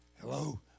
Hello